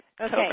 Okay